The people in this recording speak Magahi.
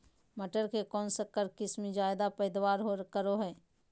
मटर के कौन संकर किस्म जायदा पैदावार करो है?